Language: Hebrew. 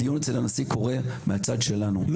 הדיון אצל הנשיא קורה מהצד שלנו,